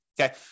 Okay